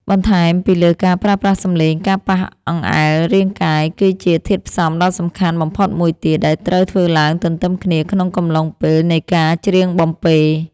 បន្ថែមពីលើការប្រើប្រាស់សំឡេង ការប៉ះអង្អែលរាងកាយគឺជាធាតុផ្សំដ៏សំខាន់បំផុតមួយទៀត ដែលត្រូវធ្វើឡើងទន្ទឹមគ្នាក្នុងកំឡុងពេលនៃការច្រៀងបំពេ។